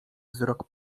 wzrok